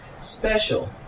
special